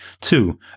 Two